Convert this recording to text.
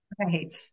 right